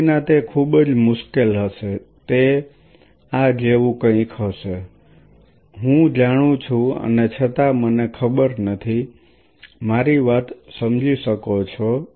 તેના વિના તે ખૂબ જ મુશ્કેલ હશે તે આ જેવું કંઈક હશે હું જાણું છું અને છતાં મને ખબર નથી મારી વાત સમજી શકો છો